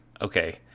okay